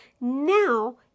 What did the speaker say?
now